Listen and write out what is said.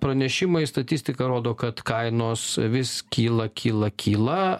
pranešimai statistika rodo kad kainos vis kyla kyla kyla